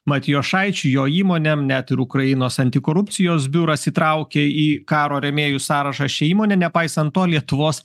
matijošaičiui jo įmonę net ir ukrainos antikorupcijos biuras įtraukė į karo rėmėjų sąrašą šia įmone nepaisant to lietuvos